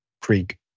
Creek